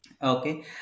Okay